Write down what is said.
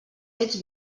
fets